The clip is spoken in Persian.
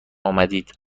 آمدید